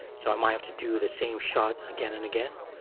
so i might have to do the same shot again and again.